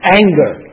anger